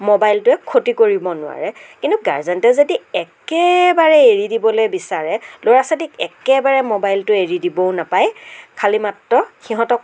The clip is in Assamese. মোবাইলটোৱে ক্ষতি কৰিব নোৱাৰে কিন্তু গাৰ্জেণ্টে যদি একেবাৰে এৰি দিবলৈ বিচাৰে ল'ৰা ছোৱালীক একেবাৰে মোবাইলটো এৰি দিবও নাপায় খালী মাত্ৰ সিহঁতক খুব